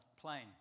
plane